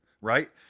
right